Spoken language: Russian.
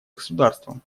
государствам